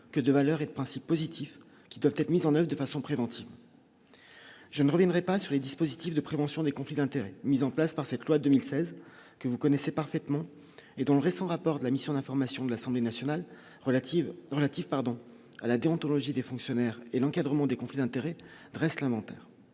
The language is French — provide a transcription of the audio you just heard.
que de valeurs et de principes positif qui doivent être mises en Oeuvres de façon préventive, je ne reviendrai pas sur les dispositifs de prévention des conflits d'intérêts, mis en place par cette loi 2016 que vous connaissez parfaitement et dans le récent rapport de la mission d'information de l'Assemblée nationale relative relatif pardon à la déontologie des fonctionnaires et l'encadrement des conflits d'intérêts, dresse l'inventaire